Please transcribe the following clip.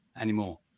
anymore